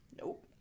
Nope